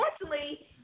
unfortunately